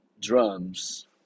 drums